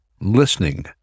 listening